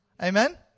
Amen